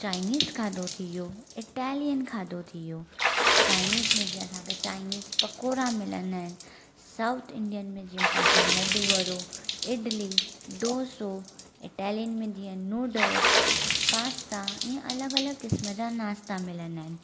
Chinese खाधो थी वियो इटेलियन खाधो थी वियो चाईनीज़ में जीअं असांखे चाइनीज़ पकौड़ा मिलंदा आहिनि साउथ इंडियन में जीअं असां मैंदु वड़ो इडली डोसो इटेलियन में जीअं नूडल्स पास्ता ईअं अलॻि अलॻि क़िस्म जा नाश्ता मिलंदा आहिनि